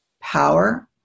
power